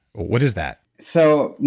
what is that? so,